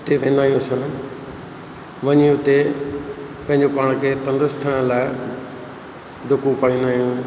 उते त इलाही सभु वञी उते पंहिंजो पाण खे पंगसि थियण लाइ डुकूं पाईंदा आहियूं